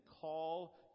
call